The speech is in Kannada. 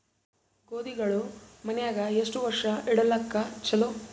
ಗೋಧಿಗಳು ಮನ್ಯಾಗ ಎಷ್ಟು ವರ್ಷ ಇಡಲಾಕ ಚಲೋ?